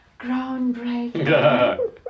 groundbreaking